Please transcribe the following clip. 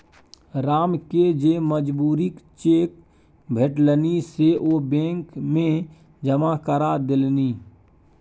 रामकेँ जे मजूरीक चेक भेटलनि से ओ बैंक मे जमा करा देलनि